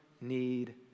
need